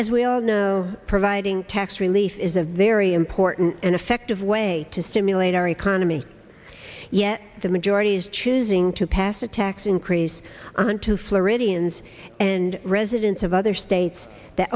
as we all know providing tax relief is a very important and effective way to stimulate our economy yet the majority is choosing to pass a tax increase on to floridians and residents of other states that